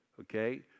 Okay